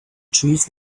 trees